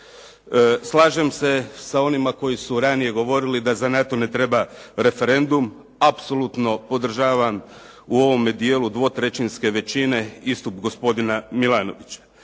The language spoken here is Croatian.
Slažem se sa onima koji su ranije govorili da za NATO ne treba referendum, apsolutno podržavam u ovome dijelu dvotrećinske većine istup gospodina Milanovića.